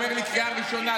אומר לי: קריאה ראשונה,